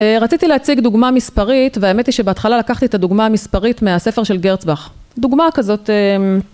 רציתי להציג דוגמה מספרית והאמת היא שבהתחלה לקחתי את הדוגמה המספרית מהספר של גרצבך דוגמה כזאת